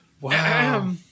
Wow